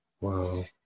Wow